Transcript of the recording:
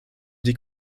die